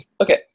Okay